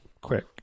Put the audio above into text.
quick